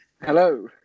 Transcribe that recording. Hello